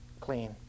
clean